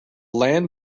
land